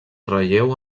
relleu